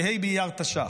בה' באייר תש"ח.